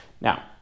Now